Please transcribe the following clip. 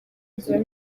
nzira